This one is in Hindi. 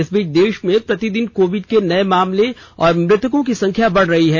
इस बीच देश में प्रतिदिन कोविड के नये मामले और मृतकों की संख्या बढ रही है